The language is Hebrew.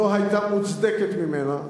שלא היתה מוצדקת ממנה,